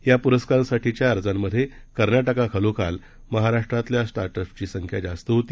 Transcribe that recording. या पुरस्कारांसाठीच्या अर्जांमध्ये कर्नाटकाखालोखाल महाराष्ट्रातल्या स्टार्ट अपची संख्या जास्त होती